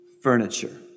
furniture